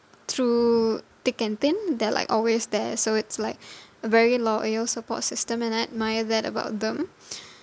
through thick and thin they're like always there so it's like a very loyal support system and I admire that about them